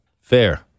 Fair